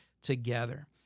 together